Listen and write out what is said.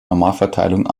normalverteilung